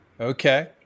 Okay